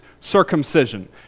circumcision